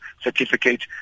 certificate